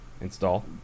Install